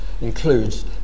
includes